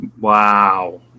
Wow